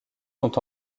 sont